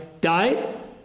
died